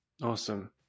Awesome